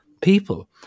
people